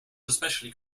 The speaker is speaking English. especially